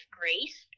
grace